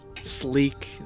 Sleek